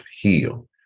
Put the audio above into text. heal